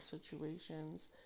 situations